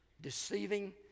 deceiving